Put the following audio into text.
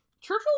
Churchill